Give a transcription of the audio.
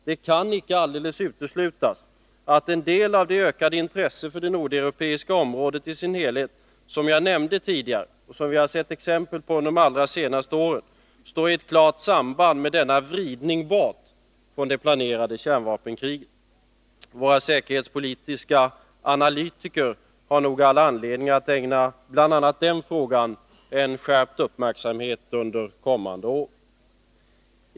Det kan icke alldeles uteslutas, att en del av det ökade intresse för det nordeuropeiska området i dess helhet som jag nämnde tidigare och som vi har sett exempel på under de allra senaste åren står i ett klart samband med denna vridning bort från det planerade kärnvapenkriget. Våra säkerhetspolitiska analytiker har nog all anledning att ägna bl.a. den frågan en skärpt uppmärksamhet under kommande år.